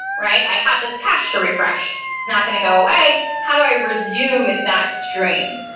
right? i have this cache to refresh. it's not going to go away. how do i resume that stream?